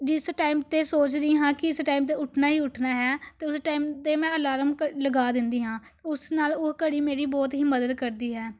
ਜਿਸ ਟਾਈਮ 'ਤੇ ਸੋਚਦੀ ਹਾਂ ਕਿ ਇਸ ਟਾਈਮ 'ਤੇ ਉੱਠਣਾ ਹੀ ਉੱਠਣਾ ਹੈ ਤਾਂ ਉਸ ਟਾਈਮ 'ਤੇ ਮੈਂ ਅਲਾਰਮ ਲਗਾ ਦਿੰਦੀ ਹਾਂ ਉਸ ਨਾਲ ਉਹ ਘੜੀ ਮੇਰੀ ਬਹੁਤ ਹੀ ਮਦਦ ਕਰਦੀ ਹੈ